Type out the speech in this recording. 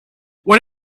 what